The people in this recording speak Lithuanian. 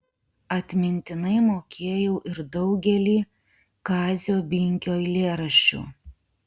atmintinai mokėjau ir daugelį kazio binkio eilėraščių